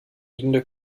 liegende